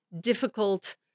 difficult